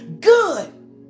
Good